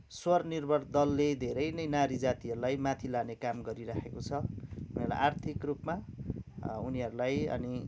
स्वनिर्भर दलले धेरै नै नारी जातिहरूलाई है माथि लाने काम गरिराखेको छ उनीहरूलाई आर्थिक रूपमा उनीहरूलाई अनि